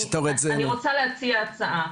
אני רוצה להציע הצעה.